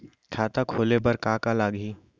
खाता खोले बार का का लागही?